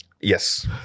Yes